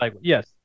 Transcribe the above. Yes